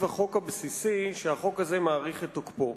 החוק הבסיסי שהחוק הזה מאריך את תוקפו.